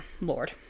lord